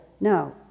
No